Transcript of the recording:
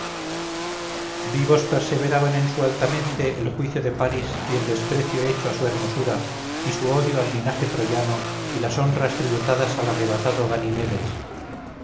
vivos perseveraban en su alta mente el juicio de paris y el desprecio hecho a su hermosura y su odio al linaje troyano y las honras tributadas al arrebatado